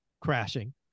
crashing